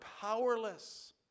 powerless